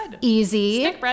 easy